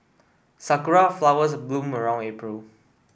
sakura flowers bloom around April